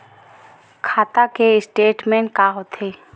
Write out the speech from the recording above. खाता के स्टेटमेंट का होथे?